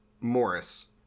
Morris